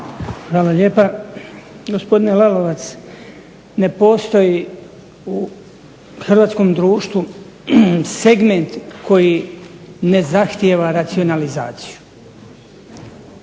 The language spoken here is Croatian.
Hvala lijepa. Gospodine Lalovac, ne postoji u hrvatskom društvu segment koji ne zahtijeva racionalizaciju.